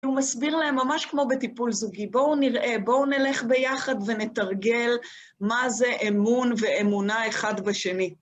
הוא מסביר להם ממש כמו בטיפול זוגי, בואו נראה, בואו נלך ביחד ונתרגל מה זה אמון ואמונה אחד בשני.